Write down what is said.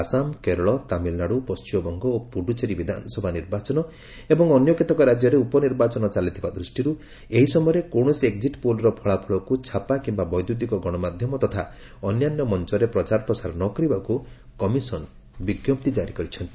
ଆସାମା କେରଳ ତାମିଲନାଡ଼ୁ ପଣ୍ଟିମବଙ୍ଗ ଓ ପୁଡ଼ୁଚେରୀ ବିଧାନସଭା ନିର୍ବାଚନ ଏବଂ ଅନ୍ୟ କେତେକ ରାଜ୍ୟରେ ଉପନିର୍ବାଚନ ଚାଲିଥିବା ଦ୍ଷ୍ଟିର୍ ଏହି ସମୟରେ କୌଣସି ଏକଜିଟ୍ ପୋଲର ଫଳାଫଳକ୍ ଛାପା କିମ୍ବା ବୈଦୂତିକ ଗଣମାଧ୍ୟମ ତଥା ଅନ୍ୟାନ୍ୟ ମଞ୍ଚରେ ପ୍ରଚାର ପ୍ରସାର ନ କରିବାକୁ କମିଶନ ବିଞ୍ଜପ୍ତି ଜାରି କରିଛନ୍ତି